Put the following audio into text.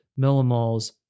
millimoles